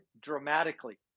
dramatically